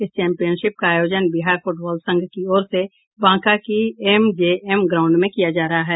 इस चैंपियनशिप का आयोजन बिहार फूटबॉल संघ की ओर से बांका की एमजेएम ग्राउंड में किया जा रहा है